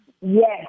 Yes